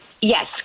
Yes